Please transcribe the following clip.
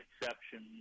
exceptions